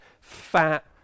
fat